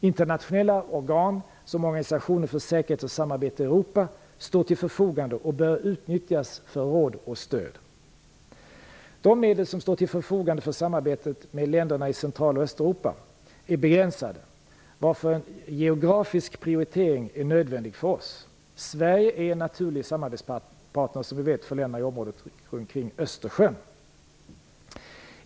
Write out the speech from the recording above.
Internationella organ som Organisationen för säkerhet och samarbete i Europa står till förfogande och bör utnyttjas för råd och stöd. De medel som står till förfogande för samarbetet med länderna i Central och Östeuropa är begränsade, varför en geografisk prioritering är nödvändig för oss. Sverige är en naturlig samarbetspartner för länderna i området kring Östersjön.